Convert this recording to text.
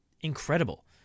incredible